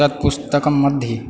तत् पुस्तकं मध्ये